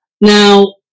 Now